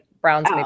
Browns